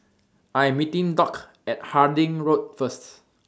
I Am meeting Dock At Harding Road First